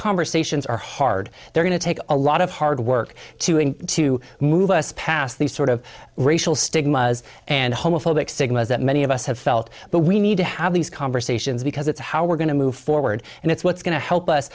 conversations are hard they're going to take a lot of hard work too and to move us past these sort of racial stigma and homophobic signals that many of us have felt but we need to have these conversations because it's how we're going to move forward and that's what's going to help us